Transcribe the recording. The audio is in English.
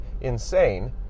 Insane